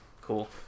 cool